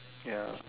ya